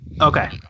Okay